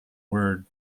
word